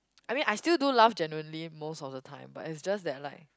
I mean I still do laugh genuinely most of the time but it's just that like